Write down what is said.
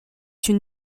une